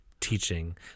teaching